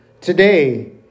today